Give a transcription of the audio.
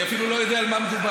אני אפילו לא יודע על מה מדובר.